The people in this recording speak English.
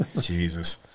Jesus